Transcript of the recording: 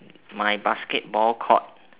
my basketball court